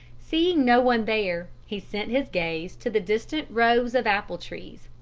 seeing no one there, he sent his gaze to the distant rows of apple trees,